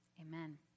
Amen